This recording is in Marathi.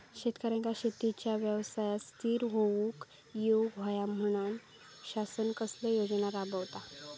शेतकऱ्यांका शेतीच्या व्यवसायात स्थिर होवुक येऊक होया म्हणान शासन कसले योजना राबयता?